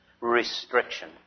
restriction